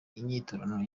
inyiturano